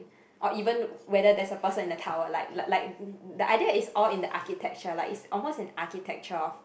or even whether there's a person in the tower like like like the idea is all in the architecture like it's almost an architecture of